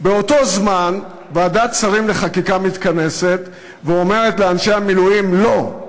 באותו זמן ועדת שרים לחקיקה מתכנסת ואומרת לאנשי המילואים לא.